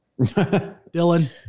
Dylan